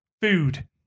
food